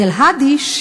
עבד אלהאדי,